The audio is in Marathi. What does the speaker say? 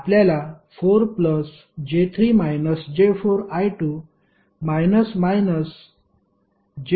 आपल्याला 4 j3 − j4 I2 I1 0 मिळेल